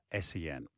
SEN